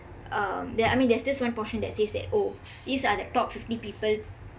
uh I mean there's this one portion that says that oh these are the top fifty people